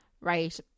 Right